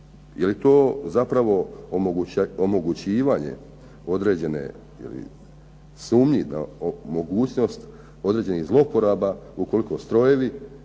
je li to zapravo omogućivanje određenih sumnji o mogućnosti određenih zlouporaba ukoliko strojevi